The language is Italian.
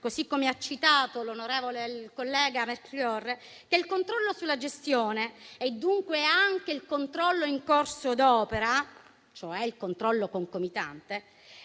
di Milano, citato dall'onorevole Melchiorre, che il controllo sulla gestione e dunque anche il controllo in corso d'opera, cioè il controllo concomitante,